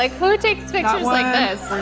like who takes pictures like this?